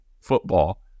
football